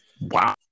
Wow